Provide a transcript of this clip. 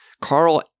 Carl